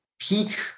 peak